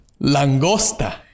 Langosta